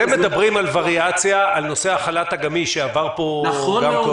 אתם מדברים על וריאציה על נושא החל"ת הגמיש שעבר פה קודם.